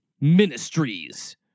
Ministries